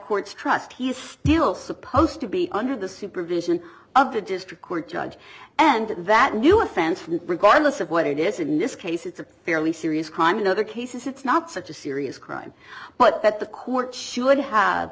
court's trust he's still supposed to be under the supervision of the district court judge and that new offense from regardless of what it is in this case it's a fairly serious crime in other cases it's not such a serious crime but that the court should have